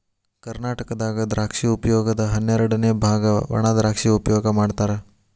ಕರ್ನಾಟಕದಾಗ ದ್ರಾಕ್ಷಿ ಉಪಯೋಗದ ಹನ್ನೆರಡಅನೆ ಬಾಗ ವಣಾದ್ರಾಕ್ಷಿ ಉಪಯೋಗ ಮಾಡತಾರ